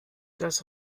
das